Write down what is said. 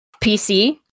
PC